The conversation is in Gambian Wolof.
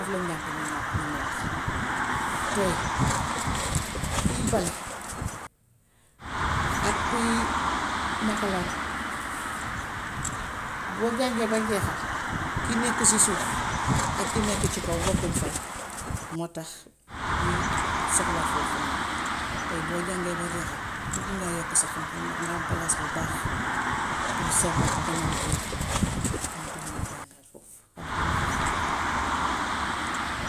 Foofu la njàng mu mag mi nekk. Tay, kuy bale ak kuy nakalaati. Boo jàngee ba jeexal, ki nekk si suuf ak ki nekk ci kaw bokkuñ fay moo tax ñuy soxla kooku noonu. Tay boo jàngee ba jeexal, bug ngaa yokku sa xam-xam ndax nga am palaas bu baax pous sa bopp gën a hubbeeku. Moo tax ñuy jàngale foofu, xale bu nekk bugg na faa dem.